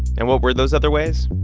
and what were those other ways?